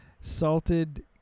salted